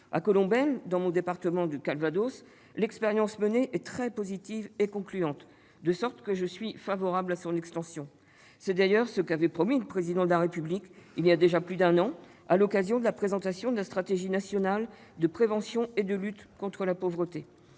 À Colombelles, dans mon département du Calvados, l'expérience menée est très positive et concluante, de sorte que je suis favorable à son extension. C'est d'ailleurs ce qu'avait promis le Président de la République, voilà déjà plus d'un an, à l'occasion de la présentation de la stratégie nationale de prévention et de lutte contre la pauvreté.